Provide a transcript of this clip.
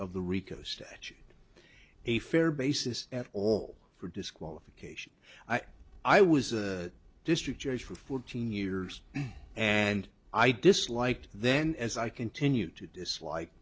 statute a fair basis at all for disqualification i was a district judge for fourteen years and i disliked then as i continue to dislike